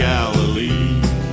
Galilee